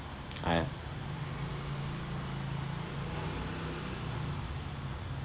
uh